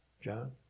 John